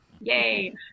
Yay